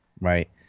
Right